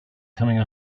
coming